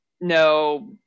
no